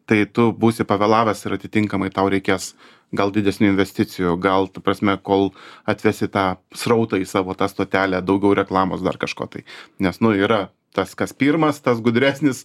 tai tu būsi pavėlavęs ir atitinkamai tau reikės gal didesnių investicijų gal ta prasme kol atvesi tą srautą į savo tą stotelę daugiau reklamos dar kažko tai nes nu yra tas kas pirmas tas gudresnis